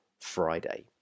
Friday